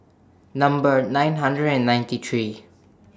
Number nine hundred and ninety three